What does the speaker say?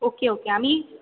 okay okay आम्ही